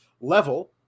level